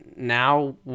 Now